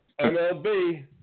MLB